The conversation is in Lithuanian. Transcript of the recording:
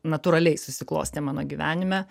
natūraliai susiklostė mano gyvenime